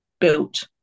built